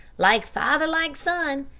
like father, like son.